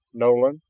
nolan,